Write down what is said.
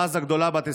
רז, הגדולה, בת 23,